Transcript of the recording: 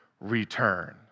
return